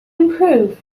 improved